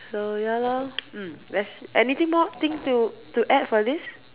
so ya loh mm let's anything more thing to to add for this